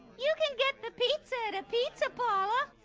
you can get the pizza at a pizza parlor.